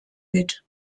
mit